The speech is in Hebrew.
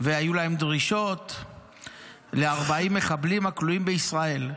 והיו להם דרישות ל-40 מחבלים הכלואים בישראל,